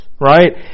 right